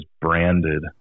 branded